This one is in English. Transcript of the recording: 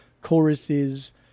choruses